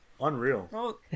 Unreal